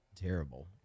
terrible